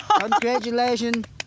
Congratulations